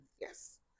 yes